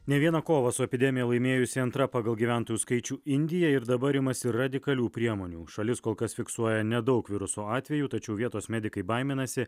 ne vieną kovą su epidemija laimėjusi antra pagal gyventojų skaičių indija ir dabar imasi radikalių priemonių šalis kol kas fiksuoja nedaug viruso atvejų tačiau vietos medikai baiminasi